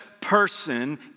person